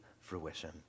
fruition